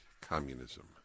communism